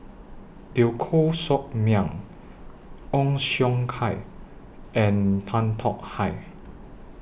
Teo Koh Sock Miang Ong Siong Kai and Tan Tong Hye